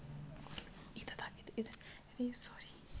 दुनिया के सब्बो जीव ह अपन अपन जघा म परयाबरन बर जरूरी हे